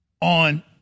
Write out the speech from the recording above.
on